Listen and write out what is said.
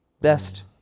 Best